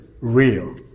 real